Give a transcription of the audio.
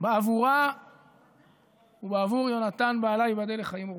בעבורה ובעבור יונתן בעלה, ייבדל לחיים ארוכים.